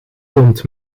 rond